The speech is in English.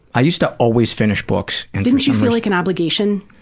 i used to always finish books. and didn't you feel like an obligation?